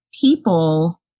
people